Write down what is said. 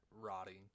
rotting